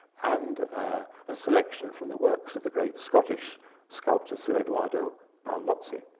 and a selection from the works of the great scottish sculptor, sir eduardo paolozzi.